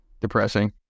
depressing